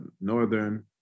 Northern